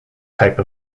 type